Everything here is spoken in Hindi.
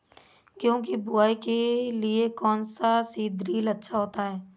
गेहूँ की बुवाई के लिए कौन सा सीद्रिल अच्छा होता है?